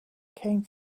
came